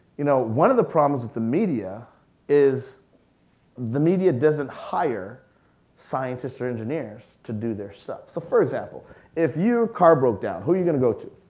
you know one of the problems with the media is the media doesn't hire scientists or engineers to do their stuff. so for example if your car broke down, who are you going to go to?